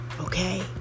okay